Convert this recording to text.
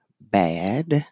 bad